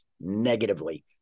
negatively